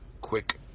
quick